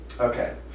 Okay